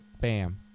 Bam